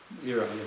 Zero